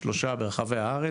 שלושה ברחבי הארץ,